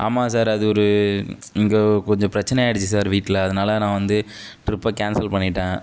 ஆமாம் சார் அது ஒரு இங்கே கொஞ்சம் பிரச்சனை ஆயிடுச்சு சார் வீட்டில் அதனால் நான் வந்து ட்ரிப்பை கேன்சல் பண்ணிவிட்டேன்